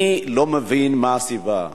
אני לא מבין מה הסיבה.